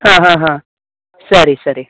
ಆಂ ಹಾಂ ಹಾಂ ಸರಿ ಸರಿ